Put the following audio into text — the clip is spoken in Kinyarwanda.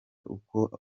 uko